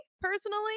personally